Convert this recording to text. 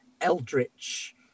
eldritch